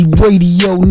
radio